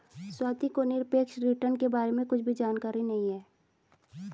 स्वाति को निरपेक्ष रिटर्न के बारे में कुछ भी जानकारी नहीं है